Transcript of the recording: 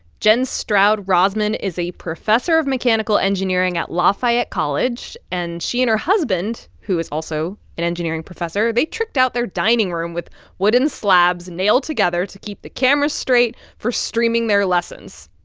jenn stroud rossmann is a professor of mechanical engineering at lafayette college. and she and her husband, who is also an engineering professor, they tricked out their dining room with wooden slabs nailed together to keep the cameras straight for streaming their lessons.